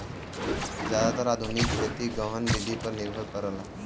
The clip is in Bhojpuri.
जादातर आधुनिक खेती गहन विधि पर निर्भर करला